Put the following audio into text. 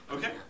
Okay